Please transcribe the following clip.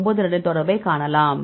92 இன் தொடர்பைக் காணலாம்